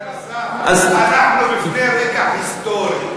סגן השר, אנחנו בפני רגע היסטורי.